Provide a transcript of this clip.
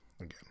again